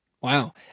Wow